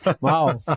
Wow